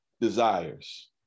desires